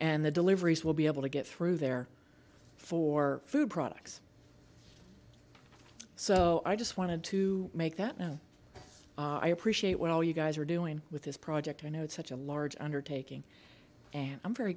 and the deliveries will be able to get through there for food products so i just wanted to make that now i appreciate well you guys are doing with this project i know it's such a large undertaking and i'm very